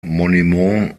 monuments